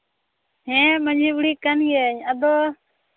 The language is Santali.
ᱦᱮᱸ ᱢᱟᱺᱡᱷᱤ ᱵᱩᱲᱦᱤ ᱠᱟᱱ ᱜᱤᱭᱟᱹᱧ